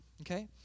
Okay